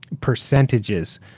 percentages